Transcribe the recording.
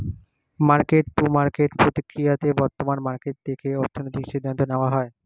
market to market প্রক্রিয়াতে বর্তমান market দেখে অর্থনৈতিক সিদ্ধান্ত নেওয়া হয়